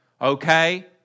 okay